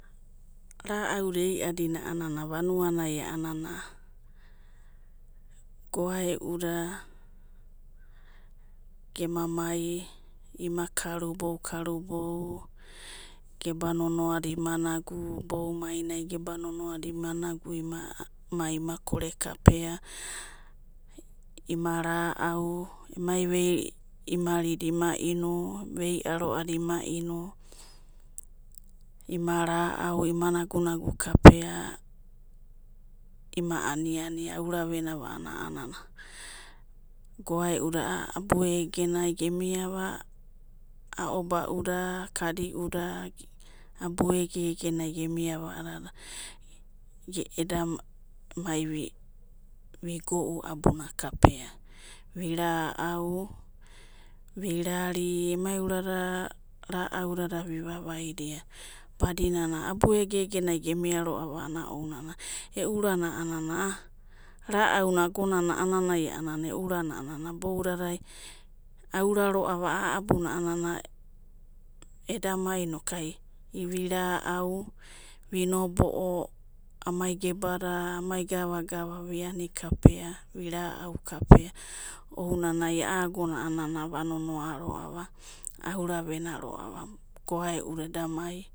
Ra'auda ei'adina a'anana vanuai goe'uda gema mai ima karubou karubou, geba nonoada ima nagu, iboumarinai geba nonoada ima nagu ima mai ima kore kapeana ima na'au emai vei imarida ima inu. Vei aroada ima inu, ima ra'au ima nagu'nagu kapea, ima anina auraveniava a'anana. Goaeu'da a'a abu egenai gemiava, aobauda kadi'uda abu ege genai gemimiava, ge eda mai vi go'u abuna kapea, vi ra'au, vi rari emai urada ra'aidada vi'vavaidia badinana abugegenai gemiaroava a'anana e'u urana ana rau'una agonana a'anana iboudadai aura roava eda mai vi rau'u, vi nobo'o emai gebada, amai gava gava vi'ani kapea, vi ra'au ounanai aa agona a'anana ava'nonoa roava auna venuaroava goaeuda.